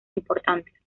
importantes